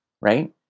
right